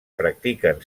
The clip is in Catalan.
practiquen